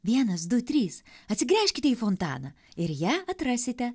vienas du trys atsigręžkite į fontaną ir ją atrasite